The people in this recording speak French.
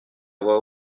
voix